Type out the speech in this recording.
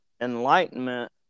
enlightenment